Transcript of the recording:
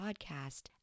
podcast